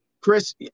Chris